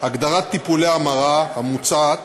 הגדרת "טיפולי המרה" המוצעת